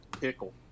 pickle